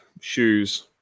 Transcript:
shoes